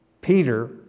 Peter